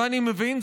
ואני מבין,